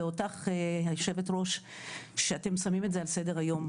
ואותך היושבת ראש שאתם שמים את זה על סדר היום,